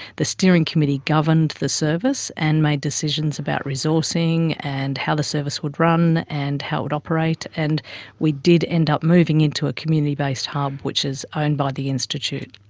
the steering committee governed the service and made decisions about resourcing and how the service would run and how it would operate. and we did end up moving into a community-based hub which is owned by the institute.